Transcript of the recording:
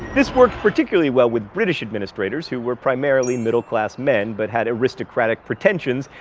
this worked particularly well with british administrators, who were primarily middle class men but had aristocratic pretensions,